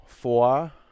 Four